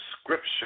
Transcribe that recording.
scripture